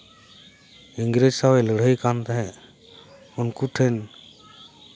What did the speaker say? ᱤᱝᱨᱮᱡᱽ ᱥᱟᱣᱮ ᱞᱟᱹᱲᱦᱟᱹᱭ ᱠᱟᱱ ᱛᱟᱦᱮᱸᱫ ᱩᱱᱠᱩ ᱴᱷᱮᱱ